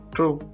True